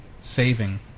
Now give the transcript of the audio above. saving